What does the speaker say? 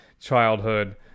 childhood